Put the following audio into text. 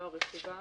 ברור.